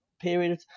period